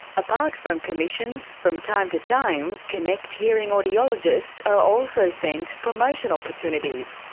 apart from commissions, from time to time connect hearing audiologists are also sent promotion opportunities,